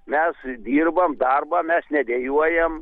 mes dirbam darbą mes nedejuojam